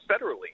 federally